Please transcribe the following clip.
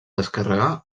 descarregar